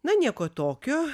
na nieko tokio